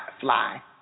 fly